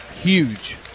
huge